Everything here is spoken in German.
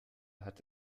hat